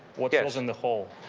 what yeah fills in the whole?